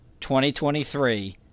2023